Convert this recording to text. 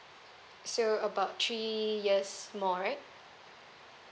so about three years more right